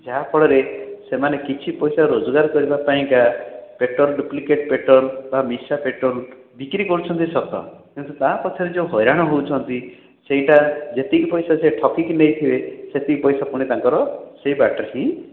ଯାହାଫଳରେ ସେମାନେ କିଛି ପଇସା ରୋଜଗାର କରିବାପାଇଁ କା ପେଟ୍ରୋଲ୍ ଡ଼ୁପ୍ଲିକେଟ୍ ପେଟ୍ରୋଲ୍ ବା ମିଶା ପେଟ୍ରୋଲ୍ ବିକ୍ରି କରୁଛନ୍ତି ସତ କିନ୍ତୁ ତା ପଛରେ ଯେଉଁ ହଇରାଣ ହେଉଛନ୍ତି ସେଇଟା ଯେତିକି ପଇସା ସେ ଠକିକି ନେଇଥିବେ ସେତିକି ପଇସା ପୁଣି ତାଙ୍କର ସେଇ ବାଟରେ ହିଁ